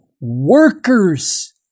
workers